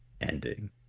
ending